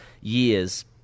years